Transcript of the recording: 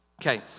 Okay